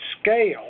scale